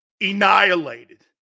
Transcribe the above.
Annihilated